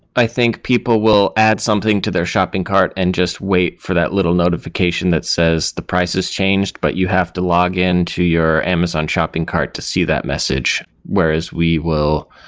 i think people will add something to their shopping cart and just wait for that little notification that says the price has changed, but you have to log in to your amazon shopping cart to see that message, whereas we will